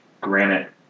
granite